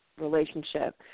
relationship